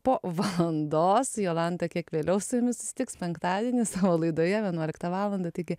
po valandos jolanta kiek vėliau su jumis susitiks penktadienį savo laidoje vienuoliktą valandą taigi